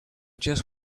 just